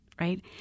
right